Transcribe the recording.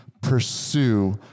pursue